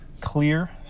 clear